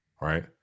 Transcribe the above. right